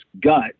gut